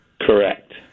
Correct